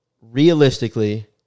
realistically